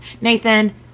Nathan